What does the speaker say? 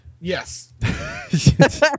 Yes